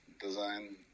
design